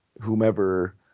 whomever